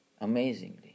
amazingly